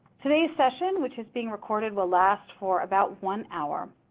today's session, which is being recorded, will last for about one hour.